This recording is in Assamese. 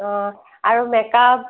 অঁ আৰু মেক আপ